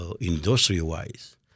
industry-wise